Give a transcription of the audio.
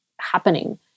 happening